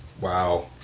Wow